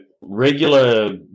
regular